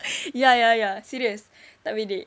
ya ya ya serious tak bedek